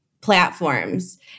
platforms